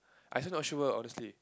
I also not sure honestly